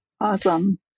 Awesome